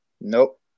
Nope